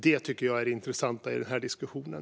Det tycker jag är det intressanta i den här diskussionen.